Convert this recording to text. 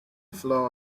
floor